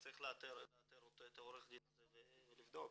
צריך לאתר את עורך הדין הזה ולבדוק.